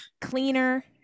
cleaner